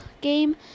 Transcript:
game